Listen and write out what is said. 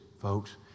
folks